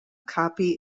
copy